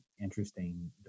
interesting